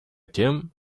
тем